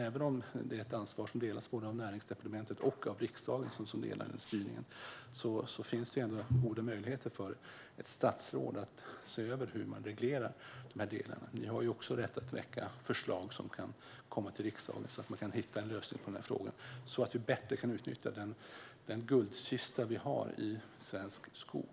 Även om detta är ett ansvar och en styrning som delas av Näringsdepartementet och riksdagen finns det goda möjligheter för ett statsråd att se över hur man reglerar dessa delar. Regeringen har ju också rätt att väcka förslag som kan komma till riksdagen så att vi kan hitta en lösning på frågan. På så vis kan vi bättre utnyttja den guldkista vi har i svensk skog.